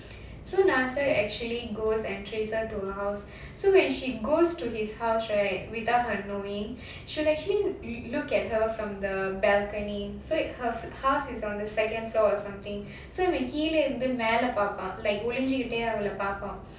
so nacer actually goes and trace her to her house so when she goes to his house right without her knowing she'll actually look at her from the balcony so if her house is on the second floor or something so இவன் கிழ இருந்து மேல பாப்பான்:ivan keezha irundhu mela paapaan like ஒழிஞ்சிகிட்டே அவளை பாப்பான்:olinjukitte avalai paapaan